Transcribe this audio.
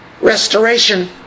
Restoration